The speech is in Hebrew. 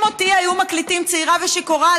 אם אותי היו מקליטים צעירה ושיכורה,